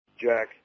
Jack